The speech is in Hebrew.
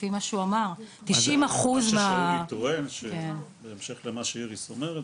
לפי מה שהוא אמר 90 אחוז מה- בהמשך למה שאיריס אומרת